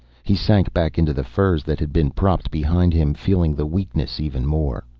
he sank back into the furs that had been propped behind him, feeling the weakness even more.